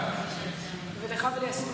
לך וליסמין.